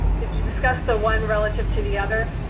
did you discuss the one relative to the other?